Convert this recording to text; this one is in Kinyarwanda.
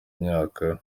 myaka